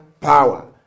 Power